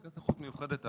דרגת נכות מיוחדת,